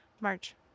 March